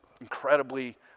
incredibly